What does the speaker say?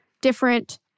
different